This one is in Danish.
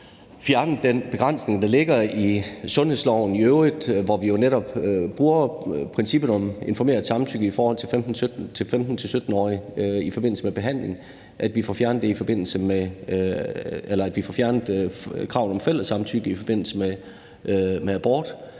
fjernet den begrænsning, der ligger i sundhedsloven i øvrigt, hvor vi jo netop bruger princippet om informeret samtykke i forhold til 15-17-årige i forbindelse med behandling, og at vi får fjernet kravet om fælles samtykke i forbindelse med abort.